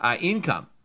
income